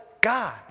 God